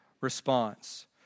response